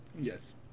yes